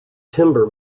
timber